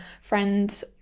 friends